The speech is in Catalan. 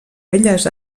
belles